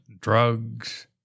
drugs